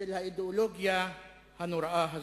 של האידיאולוגיה הנוראה הזאת.